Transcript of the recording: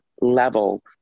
level